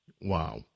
Wow